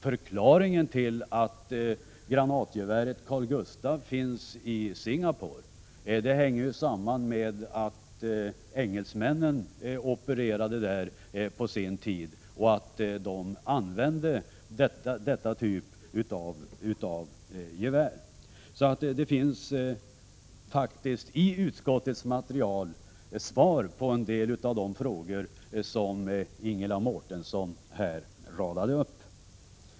Förklaringen till att det finns i Singapore är att engelsmännen på sin tid opererade där och att de använde denna typ av gevär. I utskottets material finns alltså svar på en del av de frågor som Ingela Mårtensson radade upp.